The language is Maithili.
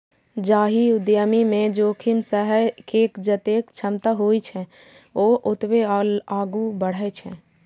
जाहि उद्यमी मे जोखिम सहै के जतेक क्षमता होइ छै, ओ ओतबे आगू बढ़ै छै